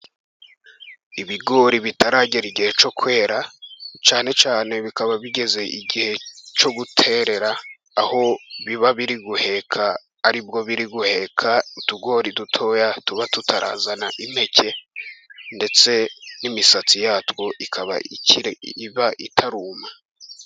Ibigori bitaragera igihe cyo kwera, cyane cyane bikaba bigeze igihe cyo guterera, aho biba biri guheka aribwo biri guheka utugori dutoya, tuba tutarazana impeke ndetse n'imisatsi yatwo ikaba iba itaruma.